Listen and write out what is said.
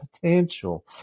potential